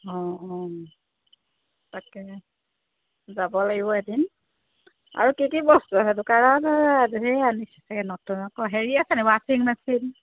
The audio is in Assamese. অঁ অঁ তাকে যাব লাগিব এদিন আৰু কি কি বস্তু আছে দোকানত ধেই আনি থাকে নতুন আকৌ হেৰি আছেনে ৱাচিং মেচিন